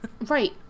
Right